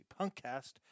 Punkcast